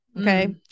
okay